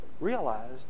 Realized